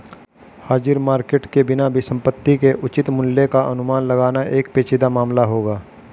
हाजिर मार्केट के बिना भी संपत्ति के उचित मूल्य का अनुमान लगाना एक पेचीदा मामला होगा